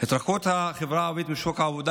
התרחקות החברה הערבית משוק העבודה,